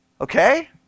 Okay